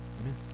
Amen